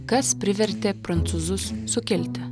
kas privertė prancūzus sukilti